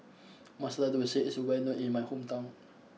Masala Dosa is well known in my hometown